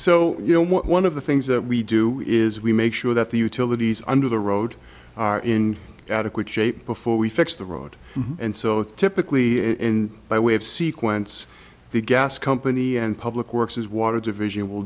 know one of the things that we do is we make sure that the utilities under the road are in adequate shape before we fix the road and so typically in by way of sequence the gas company and public works is water division will